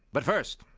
but first,